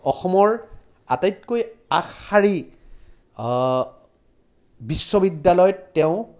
অসমৰ আটাইতকৈ আগশাৰী বিশ্ববিদ্যালয়ত তেওঁ